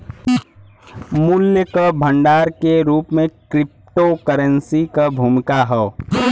मूल्य क भंडार के रूप में क्रिप्टोकरेंसी क भूमिका हौ